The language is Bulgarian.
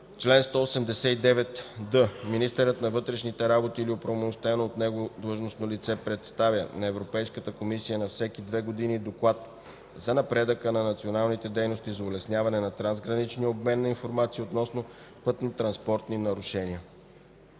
Чл. 189д. Министърът на вътрешните работи или оправомощено от него длъжностно лице представя на Европейската комисия на всеки две години доклад за напредъка на националните дейности за улесняване на трансграничния обмен на информация относно пътнотранспортни нарушения.”